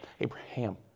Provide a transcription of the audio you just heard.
Abraham